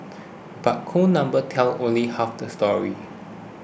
but cold numbers tell only half the story